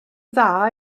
dda